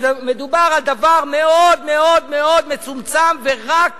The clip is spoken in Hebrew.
מדובר על דבר מאוד מאוד מאוד מצומצם, ורק